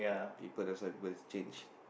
people that's why people change